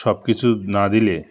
সব কিছু না দিলে